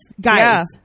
Guys